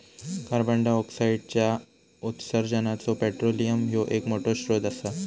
कार्बंडाईऑक्साईडच्या उत्सर्जानाचो पेट्रोलियम ह्यो एक मोठो स्त्रोत असा